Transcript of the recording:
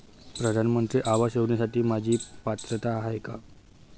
प्रधानमंत्री आवास योजनेसाठी माझी पात्रता आहे का?